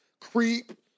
Creep